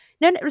No